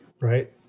right